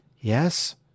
Yes